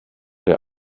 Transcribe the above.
der